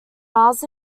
mars